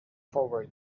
forward